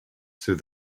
through